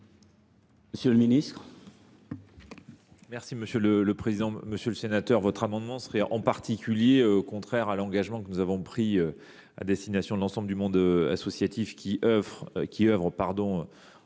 Monsieur le ministre,